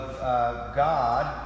God